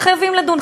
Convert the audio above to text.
חייבים לדון,